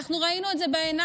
אנחנו ראינו את זה בעיניים.